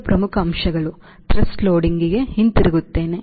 ಕೆಲವು ಪ್ರಮುಖ ಅಂಶಗಳನ್ನು Thrust loading ಹಿಂತಿರುಗುತ್ತೇನೆ